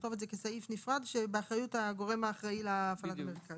נכתוב את זה כסעיף נפרד שבאחריות הגורם האחראי להפעלת המרכז.